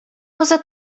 poza